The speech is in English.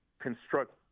construct